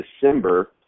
December